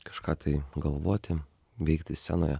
kažką tai galvoti veikti scenoje